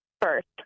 first